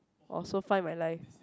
or so far in my life